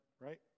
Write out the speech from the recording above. right